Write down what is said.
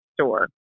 store